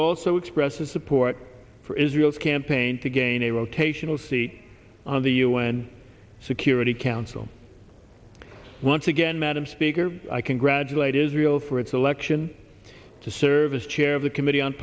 also expresses support for israel's campaign to gain a rotational seat on the un security council once again madam speaker i congratulate israel for its selection to service chair of the committee on